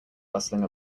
bustling